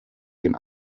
den